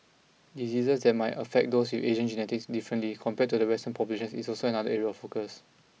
diseases that might affect those with Asian genetics differently compared to western populations is also another area of focus